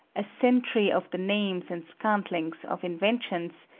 a century of the names and scantlings of inventions,